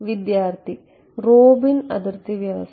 വിദ്യാർത്ഥി റോബിൻ അതിർത്തി വ്യവസ്ഥ